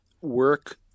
work